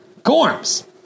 Gorms